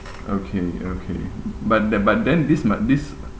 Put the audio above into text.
okay okay but th~ but then this might this